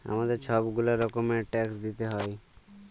আমাদের ছব গুলা রকমের ট্যাক্স দিইতে হ্যয়